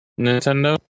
Nintendo